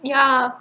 ya